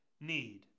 need